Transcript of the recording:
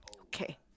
okay